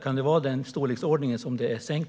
Kan det vara i den storleksordningen som man har sänkt?